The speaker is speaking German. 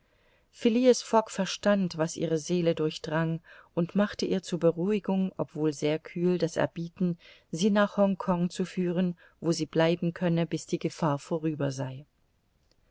fogg verstand was ihre seele durchdrang und machte ihr zur beruhigung obwohl sehr kühl das erbieten sie nach hongkong zu führen wo sie bleiben könne bis die gefahr vorüber sei